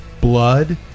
blood